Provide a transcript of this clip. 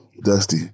Dusty